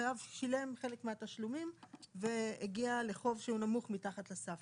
החייב שילם חלק מהתשלומים והגיע לחוב שהוא נמוך מתחת לסף.